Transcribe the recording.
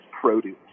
produce